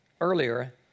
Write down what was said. earlier